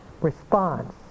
response